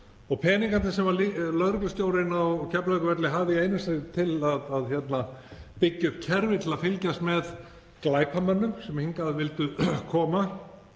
Og peningarnir sem lögreglustjórinn á Keflavíkurvelli hafði einu sinni til að byggja upp kerfi til að fylgjast með glæpamönnum sem hingað vildu koma